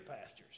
pastors